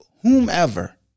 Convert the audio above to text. Whomever